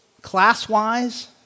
Class-wise